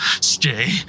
Stay